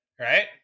right